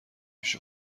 پیش